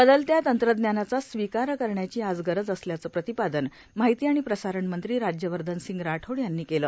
बदलत्या तंत्रज्ञानाचा स्वीकार करण्याची आज गरज असल्याचं प्रतिपादन माहिती आणि प्रसारण मंत्री राज्यवर्धनसिंग राठोड यांनी केलं